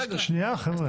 שנייה חבר'ה.